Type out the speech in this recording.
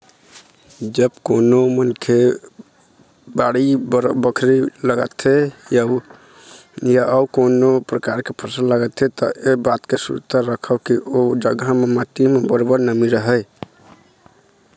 जब कोनो मनखे ह बाड़ी बखरी लगाथे या अउ कोनो परकार के फसल लगाथे त ऐ बात के सुरता राखय के ओ जघा म माटी म बरोबर नमी रहय